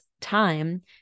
time